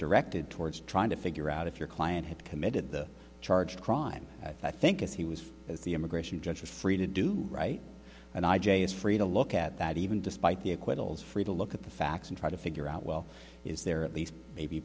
directed towards trying to figure out if your client had committed the charged crime i think as he was as the immigration judge is free to do right and i j is free to look at that even despite the acquittals free to look at the facts and try to figure out well is there at least maybe